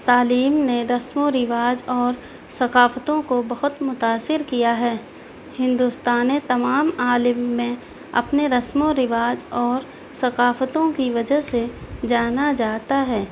تعلیم نے رسم و رواج اور ثقافتوں کو بہت متأثر کیا ہے ہندوستان تمام عالم میں اپنے رسم و رواج اور ثقافتوں کی وجہ سے جانا جاتا ہے